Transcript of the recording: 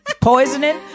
poisoning